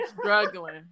struggling